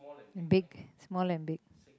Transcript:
big small and big